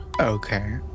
Okay